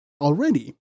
already